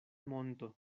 monto